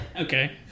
Okay